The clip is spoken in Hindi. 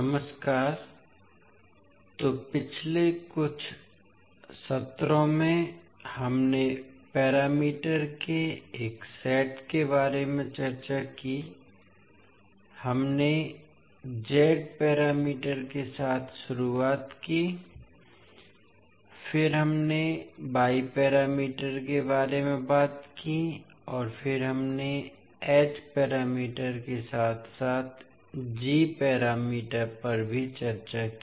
नमस्कार तो पिछले कुछ सत्रों में हमने पैरामीटर के एक सेट के बारे में चर्चा की हमने z पैरामीटर के साथ शुरुआत की फिर हमने y पैरामीटर के बारे में बात की और फिर हमने h पैरामीटर के साथ साथ g पैरामीटर पर भी चर्चा की